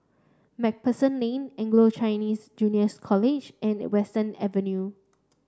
MacPherson Lane Anglo Chinese Juniors College and Western Avenue